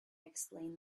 explained